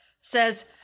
says